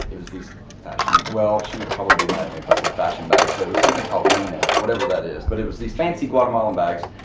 was these fashion, well, she would probably be mad at me if i said fashion bags. but it was something called nina, whatever that is. but it was these fancy guatemalan bags,